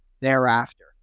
thereafter